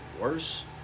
worse